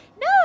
no